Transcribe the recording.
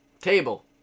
Table